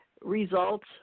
results